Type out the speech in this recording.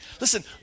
Listen